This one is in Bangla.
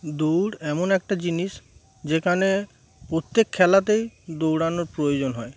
দৌড় এমন একটা জিনিস যেখানে প্রত্যেক খেলাতেই দৌড়ানোর প্রয়োজন হয়